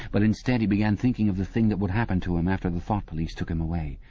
but instead he began thinking of the things that would happen to him after the thought police took him away.